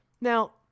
now